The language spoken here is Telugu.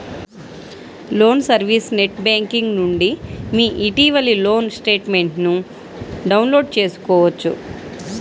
లోన్ సర్వీస్ నెట్ బ్యేంకింగ్ నుండి మీ ఇటీవలి లోన్ స్టేట్మెంట్ను డౌన్లోడ్ చేసుకోవచ్చు